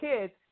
kids